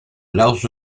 large